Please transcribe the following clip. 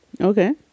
okay